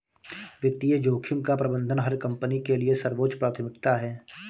वित्तीय जोखिम का प्रबंधन हर कंपनी के लिए सर्वोच्च प्राथमिकता है